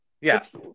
Yes